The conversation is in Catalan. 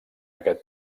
aquest